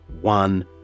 one